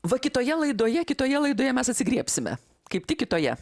va kitoje laidoje kitoje laidoje mes atsigriebsime kaip tik kitoje